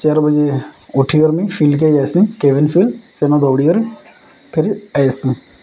ଚାର ବଜେ ଉଠିର ମୁ ଫିଲ୍କ ଆଏସି କେବେନ ଫିଲ୍ ସେନା ଦୌଡ଼ିର ଫେରି ଆଇସି